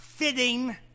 Fitting